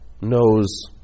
knows